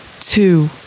two